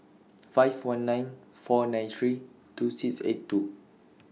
five one nine four nine three two six eight two